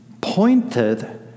pointed